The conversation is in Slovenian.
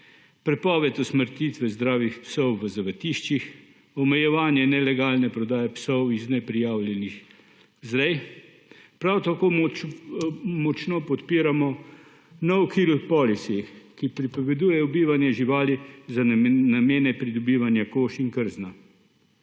prepoved usmrtitve zdravih psov v zavetiščih, omejevanje nelegalne prodaje psov iz neprijavljenih vzrej, prav tako močno podpiramo »no kill policy«, ki prepoveduje ubijanje živali za namene pridobivanja kož in krzna.